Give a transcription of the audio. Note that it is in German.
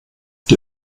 die